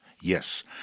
yes